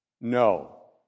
No